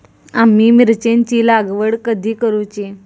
आम्ही मिरचेंची लागवड कधी करूची?